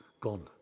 gone